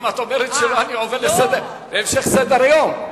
אם את אומרת שלא, אני עובר להמשך סדר-היום.